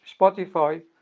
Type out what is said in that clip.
Spotify